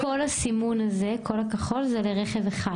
כל הסימון הזה, כל הכחול, זה לרכב אחד?